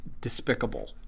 Despicable